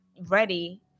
ready